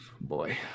Boy